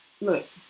Look